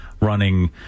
Running